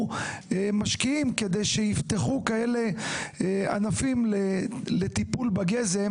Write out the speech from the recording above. משקיעים כדי שיפתחו כאלה ענפים לטיפול בגזם,